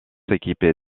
équipé